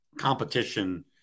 Competition